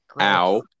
Ow